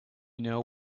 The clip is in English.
know